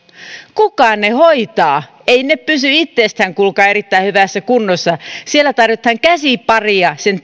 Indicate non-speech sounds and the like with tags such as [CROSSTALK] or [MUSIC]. kuka ne hoitaa eivät ne pysy itsestään kuulkaa erittäin hyvässä kunnossa siellä tarvitaan käsipareja sen [UNINTELLIGIBLE]